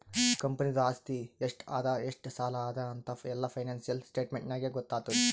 ಕಂಪನಿದು ಆಸ್ತಿ ಎಷ್ಟ ಅದಾ ಎಷ್ಟ ಸಾಲ ಅದಾ ಅಂತ್ ಎಲ್ಲಾ ಫೈನಾನ್ಸಿಯಲ್ ಸ್ಟೇಟ್ಮೆಂಟ್ ನಾಗೇ ಗೊತ್ತಾತುದ್